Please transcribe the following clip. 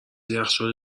یخچال